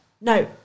No